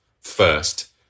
first